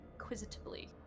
inquisitively